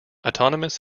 autonomous